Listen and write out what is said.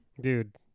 Dude